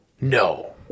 No